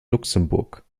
luxemburg